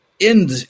end